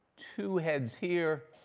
two heads here,